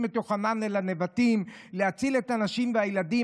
את יוחנן אל הנבטים להציל את הנשים והילדים,